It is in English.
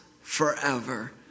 forever